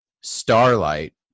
Starlight